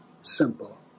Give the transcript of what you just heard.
simple